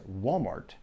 Walmart